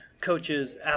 coaches